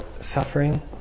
suffering